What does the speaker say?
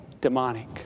demonic